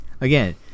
again